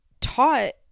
taught